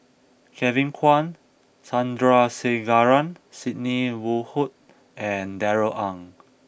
Kevin Kwan Sandrasegaran Sidney Woodhull and Darrell Ang